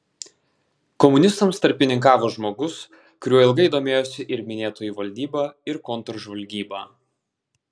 komunistams tarpininkavo žmogus kuriuo ilgai domėjosi ir minėtoji valdyba ir kontržvalgyba